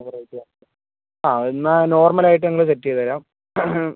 ആ എന്നാൽ നോർമൽ ആയിട്ട് ഞങ്ങൾ സെറ്റ് ചെയ്ത് തരാം